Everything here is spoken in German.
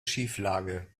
schieflage